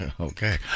Okay